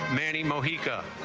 many mojica